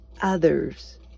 others